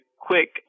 quick